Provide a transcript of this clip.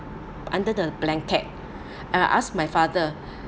under the blanket and I ask my father